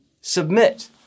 submit